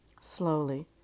slowly